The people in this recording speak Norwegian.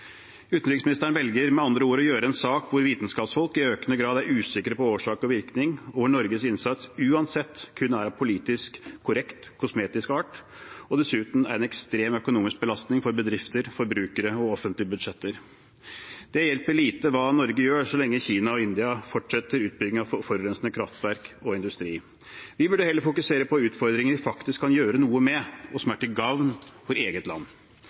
en sak hvor vitenskapsfolk i økende grad er usikre på årsak og virkning, og hvor Norges innsats uansett kun er av politisk korrekt kosmetisk art og dessuten er en ekstrem økonomisk belastning for bedrifter, forbrukere og offentlige budsjetter. Det hjelper lite hva Norge gjør, så lenge Kina og India fortsetter utbygging av forurensende kraftverk og industri. Vi burde heller fokusere på utfordringer vi faktisk kan gjøre noe med, og som er til gagn for eget land.